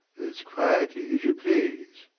as quietly as you please.